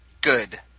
Good